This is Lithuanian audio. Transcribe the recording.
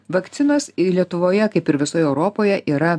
vakcinos ir lietuvoje kaip ir visoj europoje yra